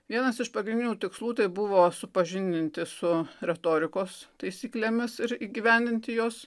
vienas iš pagrindinių tikslų tai buvo supažindinti su retorikos taisyklėmis ir įgyvendinti jos